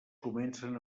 comencen